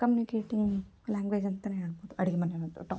communicating language ಅಂತಲೇ ಹೇಳ್ಬೋದು ಅಡುಗೆ ಮನೆ ಅನ್ನೋದು ಟಾಪಿಕ್